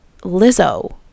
Lizzo